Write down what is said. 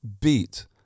beat